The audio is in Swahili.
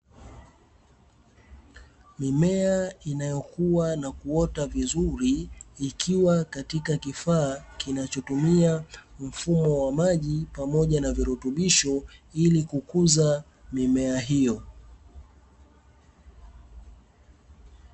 Mimea inayokua na kuota vizuri ikiwa katika kifaa kinachotumia mfumo wa maji, pamoja na virutubisho ili kukuza mimea hiyo.